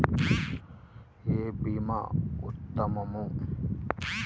ఏ భీమా ఉత్తమము?